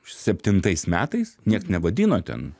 septintais metais nieks nevadino ten